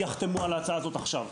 יחתמו על ההצעה הזאת עכשיו.